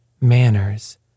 manners